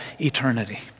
eternity